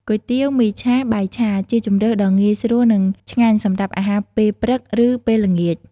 គុយទាវ មីឆា បាយឆា ជាជម្រើសដ៏ងាយស្រួល និងឆ្ងាញ់សម្រាប់អាហារពេលព្រឹក ឬពេលល្ងាច ។